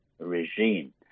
regime